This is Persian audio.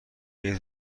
عید